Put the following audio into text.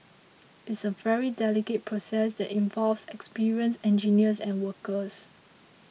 it's a very delicate process that involves experienced engineers and workers